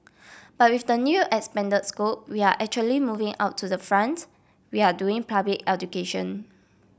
but with the new expanded scope we are actually moving out to the front we are doing public education